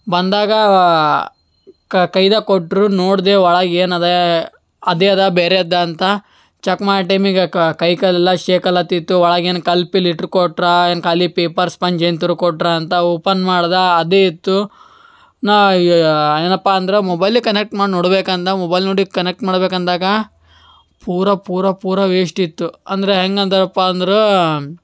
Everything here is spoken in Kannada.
ಬಂದಾಗ ಕೈದಾಗ ಕೊಟ್ಟರು ನೋಡಿದೆ ಒಳಗೆ ಏನದೆ ಅದೇ ಅದ ಬೇರೆದ್ದು ಅಂತ ಚೆಕ್ ಮಾಡೋ ಟೈಮಿಗೆ ಕೈ ಕಾಲೆಲ್ಲ ಶೇಕ್ ಆಗ್ಲತಿತ್ತು ಒಳಗೇನು ಕಲ್ಲು ಪಿಲ್ಲು ಇಟ್ಟು ಕೊಟ್ಟರಾ ಏನು ಖಾಲಿ ಪೇಪರ್ ಸ್ಪಂಜ್ ಏನು ತುರುಕಿ ಕೊಟ್ಟರಾ ಅಂತ ಓಪನ್ ಮಾಡ್ದೆ ಅದೇ ಇತ್ತು ನಾ ಏನಪ್ಪ ಅಂದ್ರೆ ಮೊಬೈಲಿಗೆ ಕನೆಕ್ಟ್ ಮಾಡಿ ನೋಡ್ಬೇಕು ಅಂದು ಮೊಬೈಲ್ ನೋಡಿ ಕನೆಕ್ಟ್ ಮಾಡಬೇಕಂದಾಗ ಪೂರಾ ಪೂರಾ ಪೂರಾ ವೇಶ್ಟ್ ಇತ್ತು ಅಂದರೆ ಹೇಗಂದರಪ್ಪ ಅಂದ್ರೆ